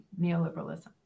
neoliberalism